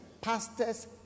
pastors